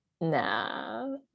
Nah